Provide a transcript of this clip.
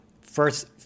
First